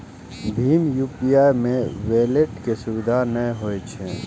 भीम UPI मे wallet के सुविधा नै होइ छै